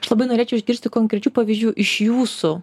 aš labai norėčiau išgirsti konkrečių pavyzdžių iš jūsų